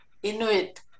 Inuit